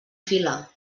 fila